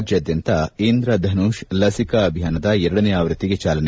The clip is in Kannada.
ರಾಜ್ಯಾದ್ಯಂತ ಇಂದ್ರಧನುಷ್ ಲಸಿಕಾ ಅಭಿಯಾನದ ಎರಡನೆ ಆವೃತ್ತಿಗೆ ಚಾಲನೆ